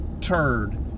turd